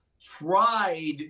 tried